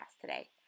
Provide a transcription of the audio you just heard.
today